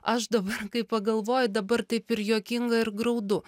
aš dabar kai pagalvoju dabar taip ir juokinga ir graudu